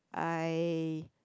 I